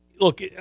Look